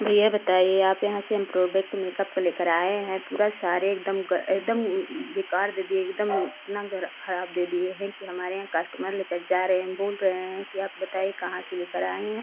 भैया बताइए आपके यहाँ से हम प्रोडक्ट मेक़अप का लेकर आए हैं पूरा सारे एकदम एकदम बेकार दे दिए एकदम इतना खराब दे दिए हैं कि हमारे यहाँ कस्टमर लेकर जा रहे हैं बोल रहे हैं कि आप बताइए कहाँ से लेकर आए हैं